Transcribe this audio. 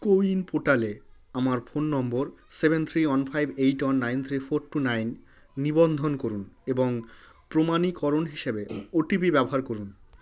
CoWIN পোর্টালে আমার phone number seven three one five eight one nine three four two nine নিবন্ধন করুন এবং প্রমাণীকরণ হিসেবে ওটিপি ব্যবহার করুন